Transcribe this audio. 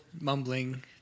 mumbling